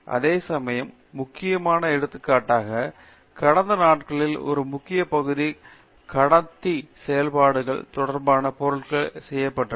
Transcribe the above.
அதே சமயம் முக்கியமானது மற்றும் எடுத்துக்காட்டாக கடந்த நாட்களில் ஒரு முக்கிய பகுதி கடத்தி பயன்பாடுகள் தொடர்பான பொருட்கள் எவ்வாறு செயல்படுத்தப்படுகிறது